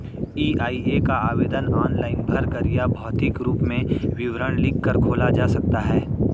EIA का आवेदन online भरकर या भौतिक रूप में विवरण लिखकर खोला जा सकता है